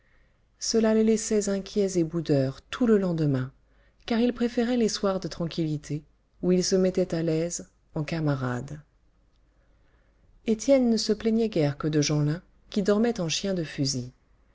cela les laissait inquiets et boudeurs tout le lendemain car ils préféraient les soirs de tranquillité où ils se mettaient à l'aise en camarades étienne ne se plaignait guère que de jeanlin qui dormait en chien de fusil